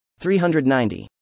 390